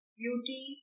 beauty